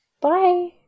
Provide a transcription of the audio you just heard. bye